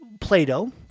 Plato